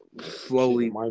slowly